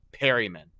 Perryman